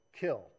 kill